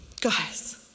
Guys